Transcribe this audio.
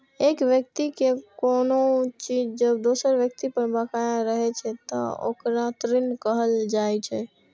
एक व्यक्ति के कोनो चीज जब दोसर व्यक्ति पर बकाया रहै छै, ते ओकरा ऋण कहल जाइ छै